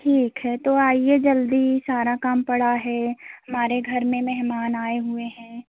ठीक है तो आइए जल्दी सारा काम पड़ा है हमारे घर में मेहमान आए हुए हैं